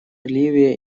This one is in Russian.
ливия